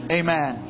amen